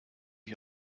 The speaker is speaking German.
ich